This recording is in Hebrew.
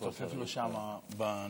שמצטופף לו שם בנישה.